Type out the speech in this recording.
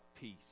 peace